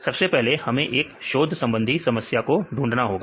सबसे पहले हमें एक शोध संबंधी समस्या को ढूंढना होगा